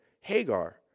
Hagar